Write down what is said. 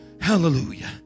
hallelujah